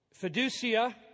Fiducia